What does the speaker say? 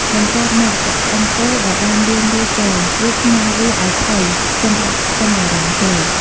បន្ទាប់មកចាក់ឆ្អឹងគោដែលបានលាងរួចចូល រួចស្ងោរវាឱ្យផុយសិមដាក់ខ្ទឹមបារាំងចូល។